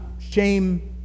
shame